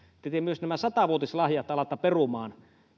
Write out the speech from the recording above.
te myös nämä sata vuotislahjat alatte perumaan